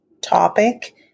topic